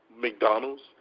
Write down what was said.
McDonald's